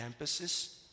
campuses